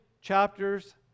chapters